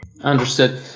Understood